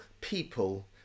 people